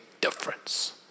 difference